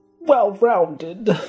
well-rounded